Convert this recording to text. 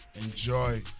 Enjoy